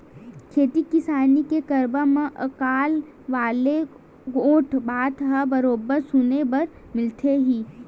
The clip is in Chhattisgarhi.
खेती किसानी के करब म अकाल वाले गोठ बात ह बरोबर सुने बर मिलथे ही